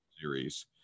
series